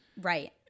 Right